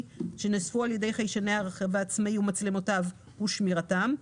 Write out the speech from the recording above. שנאספו על ידי חיישני הרכב העצמאי ומצלמותיו ושמירתם,